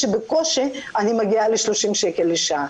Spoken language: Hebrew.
כשבקושי אני מגיעה ל-30 שקלים לשעה.